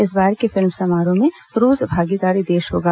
इस बार के फिल्म समारोह में रूस भागीदार देश होगा